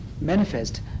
manifest